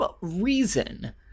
reason